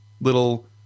little